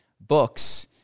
books